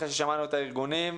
אחרי ששמענו את הארגונים.